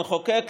המחוקק,